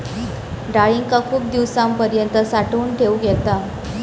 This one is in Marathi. डाळींका खूप दिवसांपर्यंत साठवून ठेवक येता